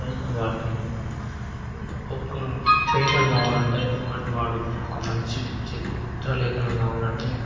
and వానికి ఒక painter కావాలంటే వాడు ఒక మంచి చిత్రలేఖనం కావాలంటే